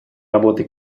работы